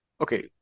Okay